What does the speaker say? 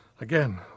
Again